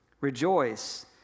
Rejoice